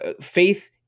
Faith